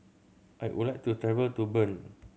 I would like to travel to Bern